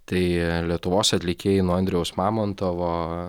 tai lietuvos atlikėjai nuo andriaus mamontovo